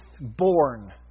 born